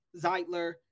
Zeitler